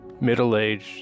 middle-aged